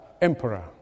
emperor